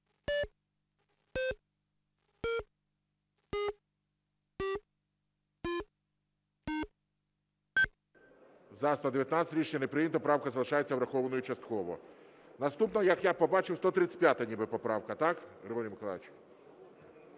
За-119 Рішення не прийнято. Правка залишається врахованою частково. Наступна, як я побачив, 135-а ніби поправка. Так, Григорій Миколайович?